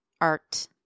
art